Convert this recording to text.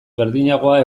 berdinagoa